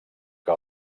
que